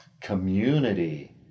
community